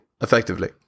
effectively